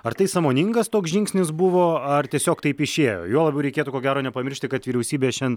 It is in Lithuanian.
ar tai sąmoningas toks žingsnis buvo ar tiesiog taip išėjo juo labiau reikėtų ko gero nepamiršti kad vyriausybė šiandien